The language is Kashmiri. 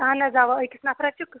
اہن حظ اوا أکِس نفرَس چھِ